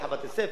פתחה בתי-ספר,